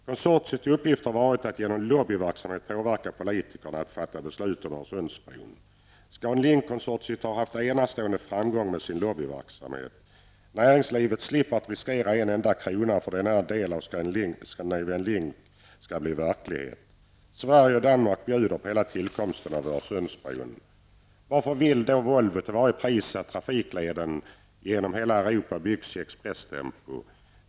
Konsortiets uppgift har varit att genom lobbyverksamhet påverka politikerna att fatta beslut om en Öresundsbro. Scan Link-konsortiet har haft en enastående framgång med sin lobbyverksamhet. Näringslivet behöver inte riskera en enda krona för att denna del av Scandinavian Link skall bli verklighet. Sverige och Danmark bjuder på hela tillkomsten av Varför vill då Volvo, till varje pris, att den här trafikleden genom hela Europa byggs i expresstempo?